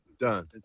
Done